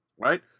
right